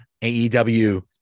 AEW